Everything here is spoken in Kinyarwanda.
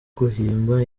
guhimba